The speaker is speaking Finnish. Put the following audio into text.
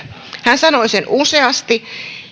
hän sanoi sen useasti